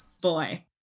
boy